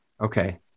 Okay